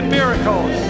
miracles